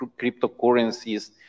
cryptocurrencies